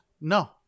No